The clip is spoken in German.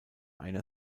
einer